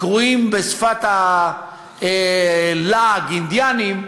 הקרויים בשפת הלעג "אינדיאנים",